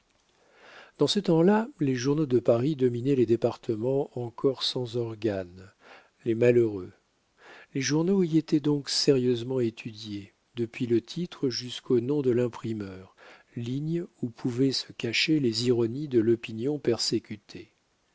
dans ce temps-là les journaux de paris dominaient les départements encore sans organes les malheureux les journaux y étaient donc sérieusement étudiés depuis le titre jusqu'au nom de l'imprimeur ligne où pouvaient se cacher les ironies de l'opinion persécutée